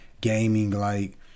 gaming-like